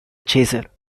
chaser